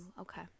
Okay